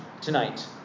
tonight